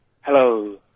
Hello